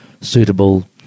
suitable